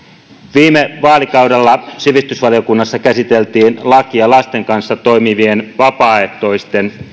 viime vaalikaudella sivistysvaliokunnassa käsiteltiin lakia lasten kanssa toimivien vapaaehtoisten